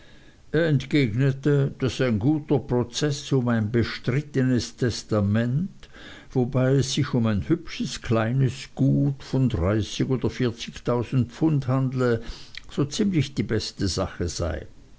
entgegnete daß ein guter prozeß um ein bestrittenes testament wobei es sich um ein hübsches kleines gut von dreißig oder vierzigtausend pfund handle so ziemlich die beste sache sei